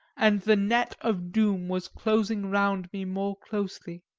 and the net of doom was closing round me more closely.